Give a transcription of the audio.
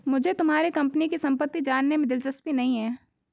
मुझे तुम्हारे कंपनी की सम्पत्ति जानने में दिलचस्पी नहीं है